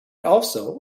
also